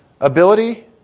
ability